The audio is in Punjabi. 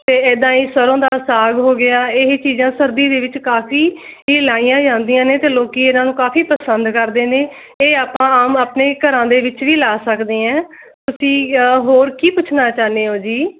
ਅਤੇ ਇੱਦਾਂ ਹੀ ਸਰ੍ਹੋਂ ਦਾ ਸਾਗ ਹੋ ਗਿਆ ਇਹੀ ਚੀਜ਼ਾਂ ਸਰਦੀ ਦੇ ਵਿੱਚ ਕਾਫੀ ਇਹ ਲਾਈਆਂ ਜਾਂਦੀਆਂ ਨੇ ਅਤੇ ਲੋਕ ਇਹਨਾਂ ਨੂੰ ਕਾਫੀ ਪਸੰਦ ਕਰਦੇ ਨੇ ਇਹ ਆਪਾਂ ਆਮ ਆਪਣੇ ਘਰਾਂ ਦੇ ਵਿੱਚ ਵੀ ਲਾ ਸਕਦੇ ਹੈ ਤੁਸੀਂ ਹੋਰ ਕੀ ਪੁੱਛਣਾ ਚਾਹੁੰਦੇ ਹੋ ਜੀ